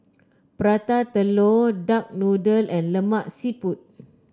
Prata Telur Duck Noodle and Lemak Siput